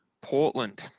Portland